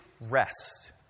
rest